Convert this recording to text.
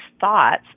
thoughts